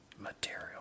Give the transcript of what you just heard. material